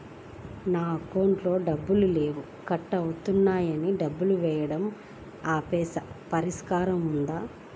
నా అకౌంట్లో డబ్బులు లేవు కట్ అవుతున్నాయని డబ్బులు వేయటం ఆపేసాము పరిష్కారం ఉందా?